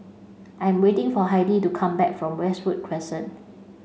I'm waiting for Heidi to come back from Westwood Crescent